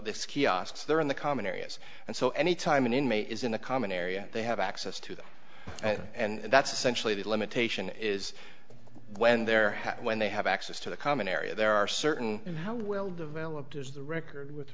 this kiosks they're in the common areas and so anytime an inmate is in a common area they have access to them and that's essentially the limitation is when they're when they have access to the common area there are certain how well developed is the record with